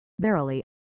Verily